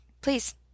please